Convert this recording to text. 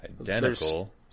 identical